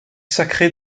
sacré